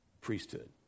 priesthood